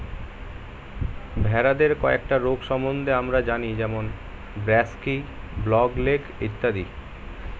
ভেড়াদের কয়েকটা রোগ সম্বন্ধে আমরা জানি যেমন ব্র্যাক্সি, ব্ল্যাক লেগ ইত্যাদি